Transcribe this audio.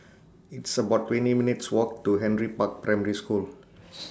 It's about twenty minutes' Walk to Henry Park Primary School